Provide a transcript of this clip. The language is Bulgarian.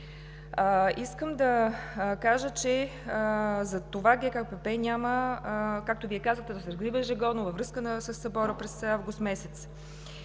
Искам да кажа, че затова ГКПП няма, както Вие казахте, а се разкрива ежегодно във връзка със събора през август месец.